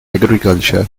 agriculture